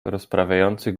rozprawiających